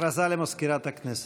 הודעה למזכירת הכנסת.